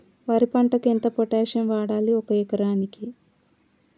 వరి పంటకు ఎంత పొటాషియం వాడాలి ఒక ఎకరానికి?